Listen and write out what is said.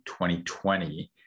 2020